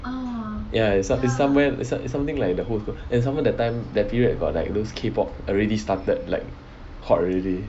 ya it's some somewhere is something like the whole school and some more that time that period got like those K pop already started like hot already